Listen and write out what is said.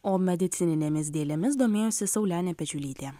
o medicininėmis dėlėmis domėjosi saulenė pečiulytė